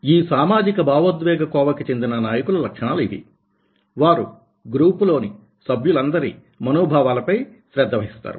ఈ సామాజిక భావోద్వేగ కోవకి చెందిన నాయకుల లక్షణాలు ఇవీ వారు గ్రూపులోని సభ్యులందరి మనోభావాల పై శ్రద్ధ వహిస్తారు